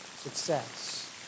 success